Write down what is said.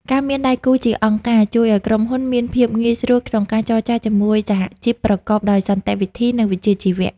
ការមានដៃគូជាអង្គការ ជួយឱ្យក្រុមហ៊ុនមានភាពងាយស្រួលក្នុងការចរចាជាមួយសហជីពប្រកបដោយសន្តិវិធី និងវិជ្ជាជីវៈ។